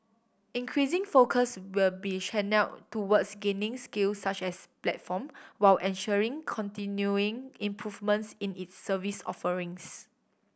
increasing focus will be channelled towards gaining scale such as a platform while ensuring continuing improvements in its service offerings